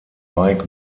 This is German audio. mike